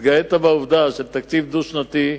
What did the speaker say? התגאית בעובדה שיש תקציב דו-שנתי,